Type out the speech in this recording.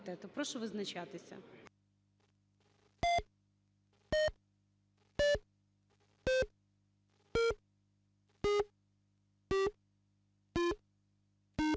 Прошу визначатися.